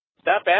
Stop